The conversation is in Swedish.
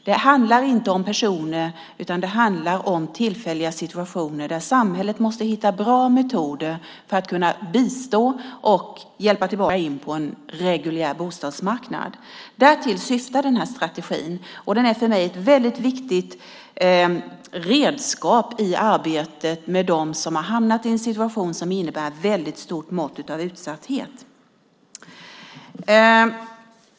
Det handlar inte om personer, utan det handlar om tillfälliga situationer där samhället måste hitta bra metoder för att kunna bistå och hjälpa människor tillbaka in på en reguljär bostadsmarknad. Den här strategin syftar till detta. Den är för mig ett väldigt viktigt redskap i arbetet med dem som har hamnat i en situation som innebär ett väldigt stort mått av utsatthet.